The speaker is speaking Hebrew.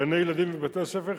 גני-ילדים ובתי-ספר.